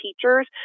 teachers